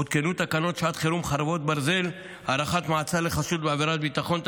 הותקנו תקנות שעת חירום (חרבות ברזל) (הארכת מעצר לחשוד בעבירת ביטחון),